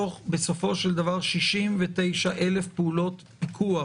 בסופו של דבר, מתוך 69,000 פעולות פיקוח